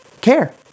care